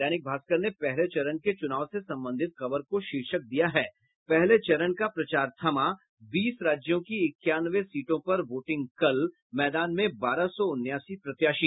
दैनिक भास्कर ने पहले चरण के चुनाव से संबंधित खबर को शीर्षक दिया है पहले चरण का प्रचार थमा बीस राज्यों की इक्यानवे सीटों पर वोटिंग कल मैदान में बारह सौ उनासी प्रत्याशी